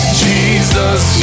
Jesus